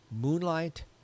Moonlight